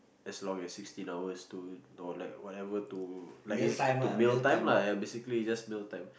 as long as sixteen hours to or like whatever to like is to mail time lah yeah basically just mail time